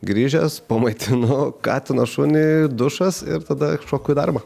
grįžęs pamaitinu katiną šunį dušas ir tada šoku į darbą